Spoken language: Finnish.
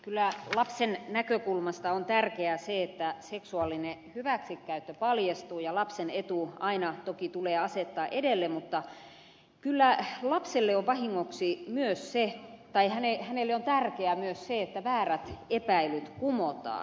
kyllä lapsen näkökulmasta on tärkeää se että seksuaalinen hyväksikäyttö paljastuu ja lapsen etu aina toki tulee asettaa edelle mutta kyllä ehtona sille vahingoksi veneeseen tai lapselle on tärkeää myös se että väärät epäilyt kumotaan